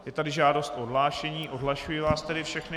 Je tady žádost o odhlášení, odhlašuji vás tedy všechny.